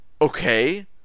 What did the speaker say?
okay